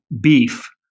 beef